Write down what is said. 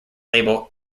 label